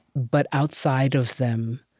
but outside of them,